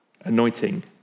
Anointing